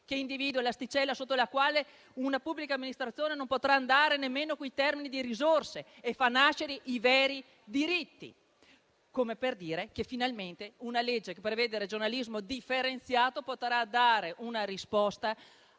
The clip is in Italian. un servizio; l'asticella sotto la quale una pubblica amministrazione non potrà andare nemmeno con i termini di risorse e fa nascere i veri diritti. Ciò per dire che finalmente una legge che prevede regionalismo differenziato potrà dare una risposta